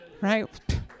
Right